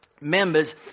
members